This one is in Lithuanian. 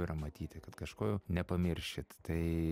yra matyti kad kažko nepamiršit tai